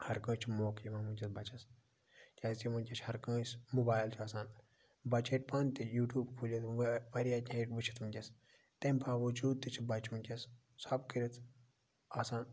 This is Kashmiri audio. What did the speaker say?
ہر کٲنٛسہِ چھُ موقعہٕ یِوان ونکٮ۪س بَچَس کیازکہِ ونکٮ۪س چھ ہر کٲنٛسہِ موبایل چھِ آسان بَچہِ ہیٚکہِ پانہٕ تہِ یوٗٹوٗب کھوٗلِتھ واریاہ کینٛہہ ہیٚکہِ وٕچھِتھ ونکیٚس تمہِ باوَجود چھ بَچہِ ونکیٚس ژھۄپہٕ کٔرِتھ آسان